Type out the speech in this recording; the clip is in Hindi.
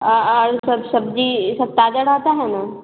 और सब सब्जी सब ताजा रहता है न